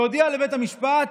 שהודיע לבית המשפט: